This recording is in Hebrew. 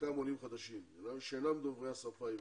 שחלקם עולים חדשים ואינם דוברי השפה העברית.